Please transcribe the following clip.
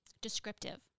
descriptive